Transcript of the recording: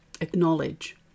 Acknowledge